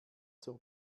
zur